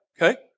okay